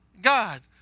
God